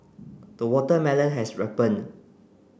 the watermelon has ripened